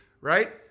right